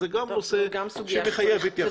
זה גם נושא שמחייב התייחסות.